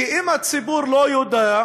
כי אם הציבור לא יודע,